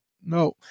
no